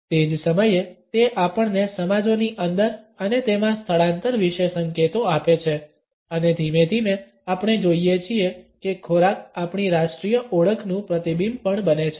તે જ સમયે તે આપણને સમાજોની અંદર અને તેમાં સ્થળાંતર વિશે સંકેતો આપે છે અને ધીમે ધીમે આપણે જોઇએ છીએ કે ખોરાક આપણી રાષ્ટ્રીય ઓળખનું પ્રતિબિંબ પણ બને છે